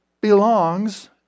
belongs